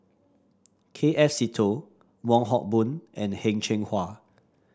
K F Seetoh Wong Hock Boon and Heng Cheng Hwa